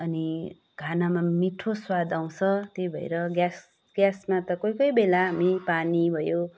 अनि खानामा मीठो स्वाद आउँछ त्यही भएर ग्यासमा त हामी कोही कोही बेला हामी पानी भयो